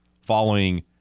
following